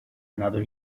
another